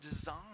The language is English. design